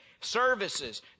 services